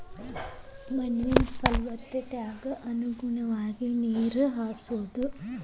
ಮಣ್ಣಿನ ಪಲವತ್ತತೆಗೆ ಅನುಗುಣವಾಗಿ ನೇರ ಹಾಸುದು